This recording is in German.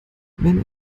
wenn